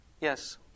Yes